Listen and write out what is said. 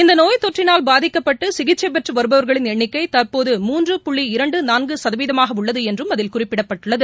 இந்த நோய் தொற்றினால் பாதிக்கப்பட்டு சிகிச்சை பெற்று வருபவா்களின் எண்ணிக்கை தற்போது மூன்று புள்ளி இரண்டு நான்கு சதவீதமா உள்ளது என்றும் அவர் குறிப்பிடப்பட்டுள்ளது